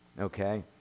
Okay